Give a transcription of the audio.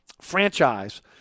franchise